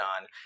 on